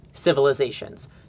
civilizations